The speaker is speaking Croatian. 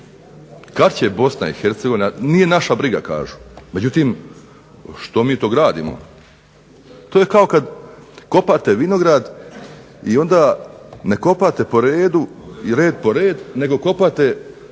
Savi još ima 180 km. Nije naša briga kažu, međutim što mi to gradimo? To je kao kada kopate vinograd i onda ne kopate po redu i red po red, nego kopate prvi red